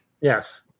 Yes